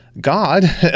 God